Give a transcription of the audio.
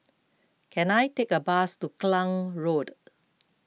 can I take a bus to Klang Road